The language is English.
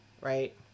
right